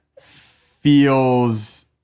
feels